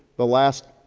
the last,